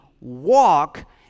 walk